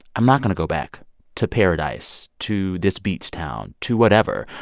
i'm not going to go back to paradise, to this beach town, to whatever?